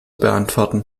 beantworten